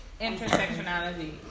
intersectionality